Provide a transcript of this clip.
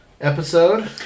episode